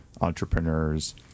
entrepreneurs